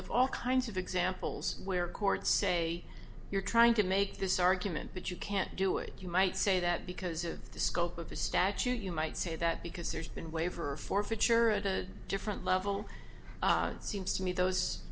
of all kinds of examples where courts say you're trying to make this argument but you can't do it you might say that because of the scope of the statute you might say that because there's been way for forfeiture at a different level seems to me those